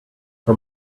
her